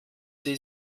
sie